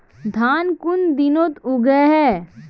धान कुन दिनोत उगैहे